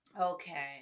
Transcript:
okay